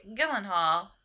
Gyllenhaal